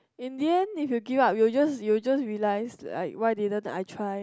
in the end if you give up you just you just realize like why didn't I try